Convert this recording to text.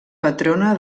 patrona